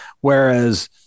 Whereas